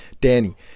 Danny